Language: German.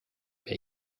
wer